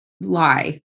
lie